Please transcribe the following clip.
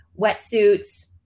wetsuits